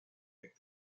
make